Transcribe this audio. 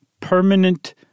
permanent